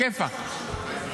עלא כיפאק.